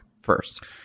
first